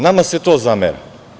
Nama se to zamera.